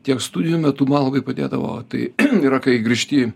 tiek studijų metu man labai padėdavo tai yra kai grįžti